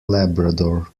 labrador